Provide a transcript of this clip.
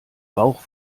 bauch